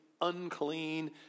unclean